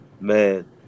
man